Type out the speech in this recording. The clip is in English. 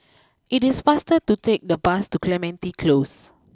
it is faster to take the bus to Clementi close